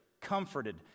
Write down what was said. comforted